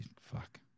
Fuck